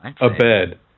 Abed